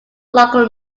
local